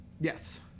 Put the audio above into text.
yes